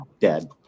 dead